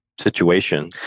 situation